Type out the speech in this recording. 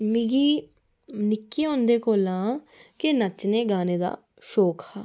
मिगी निक्कें होंदे कोला गै नच्चने गाने दा शौक हा